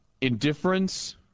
indifference